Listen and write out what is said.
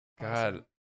God